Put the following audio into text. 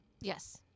Yes